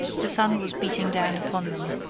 the sun was beating down upon them.